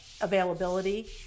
availability